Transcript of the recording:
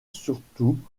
surtout